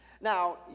Now